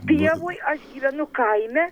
pievoj aš gyvenu kaime